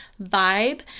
vibe